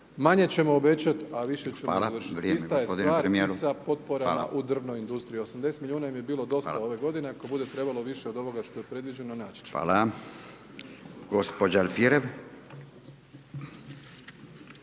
manje ćemo obećati a više ćemo izvršiti. Ista je stvar i sa potporama u drvnoj industriji. 80 milijuna im je bilo dosta ove godine, ako bude trebalo više od ovoga što je predviđeno, naći ćemo. …/Upadica Radin: